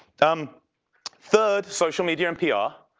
um third, social media and pr, ah